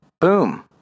Boom